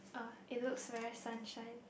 uh it looks very sunshine